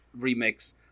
remix